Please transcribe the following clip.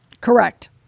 Correct